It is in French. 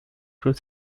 clôt